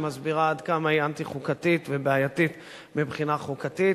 שמסבירה עד כמה היא אנטי-חוקתית ובעייתית מבחינה חוקתית.